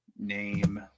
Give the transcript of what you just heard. name